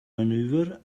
maneuver